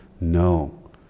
No